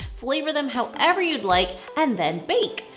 flavor them however you would like and then bake.